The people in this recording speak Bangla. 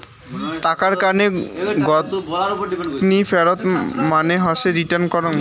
টাকার কানে গকনি ফেরত মানে হসে রিটার্ন করং